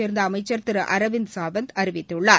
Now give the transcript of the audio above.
சேர்ந்த அமைச்சர் திரு அரவிந்த் சாவந்த் அறிவித்துள்ளார்